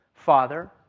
Father